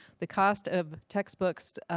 the cost of textbooks